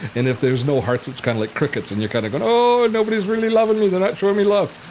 and if there are no hearts, it's kind of like crickets and you're kind of going oh, nobody's really loving me! they're not showing me love!